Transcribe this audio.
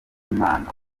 imana